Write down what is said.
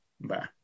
Bye